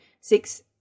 six